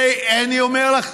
ואני אומר לך,